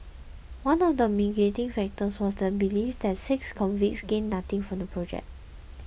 one of the mitigating factors was their belief that the six convicts gained nothing from the project